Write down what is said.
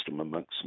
amongst